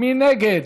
מי נגד?